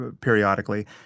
periodically